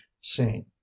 seen